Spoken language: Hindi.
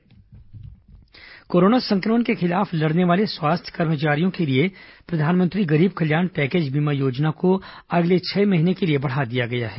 कोरोना बीमा योजना वृद्धि कोरोना संक्रमण के खिलाफ लड़ने वाले स्वास्थ्य कर्मचारियों के लिए प्रधानमंत्री गरीब कल्याण पैकेज बीमा योजना को अगले छह महीने के लिए बढ़ा दिया गया है